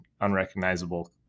unrecognizable